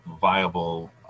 viable